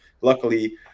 Luckily